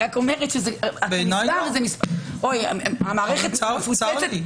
אמרה פה עדי שזה כן יצמצם את